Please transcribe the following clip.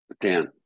Dan